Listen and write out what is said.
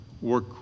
work